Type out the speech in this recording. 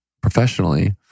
professionally